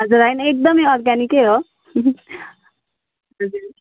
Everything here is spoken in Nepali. हजुर होइन एकदमै अर्ग्यानिकै हो हजुर